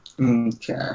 Okay